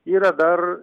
yra dar